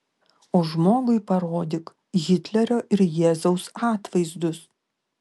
o žmogui parodyk hitlerio ir jėzaus atvaizdus